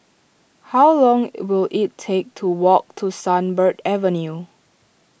how long will it take to walk to Sunbird Avenue